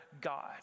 God